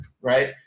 right